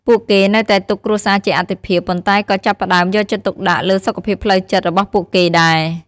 ពួកគេនៅតែទុកគ្រួសារជាអាទិភាព ប៉ុន្តែក៏ចាប់ផ្ដើមយកចិត្តទុកដាក់លើសុខភាពផ្លូវចិត្តរបស់ពួកគេដែរ។